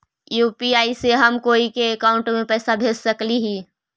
UPI से हम कोई के अकाउंट में पैसा भेज सकली ही?